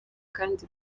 kandi